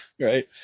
Right